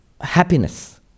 happiness